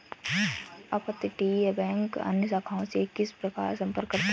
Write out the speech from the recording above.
अपतटीय बैंक अन्य शाखाओं से किस प्रकार संपर्क करते हैं?